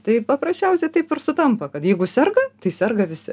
tai paprasčiausiai taip ir sutampa kad jeigu serga tai serga visi